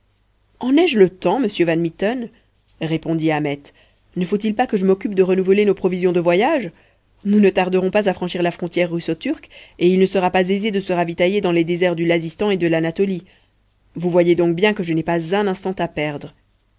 en ai-je le temps monsieur van mitten répondit ahmet ne faut-il pas que je m'occupe de renouveler nos provisions de voyage nous ne tarderons pas à franchir la frontière russo turque et il ne sera pas aisé de se ravitailler dans les déserts du lazistan et de l'anatolie vous voyez donc bien que je n'ai pas un instant à perdre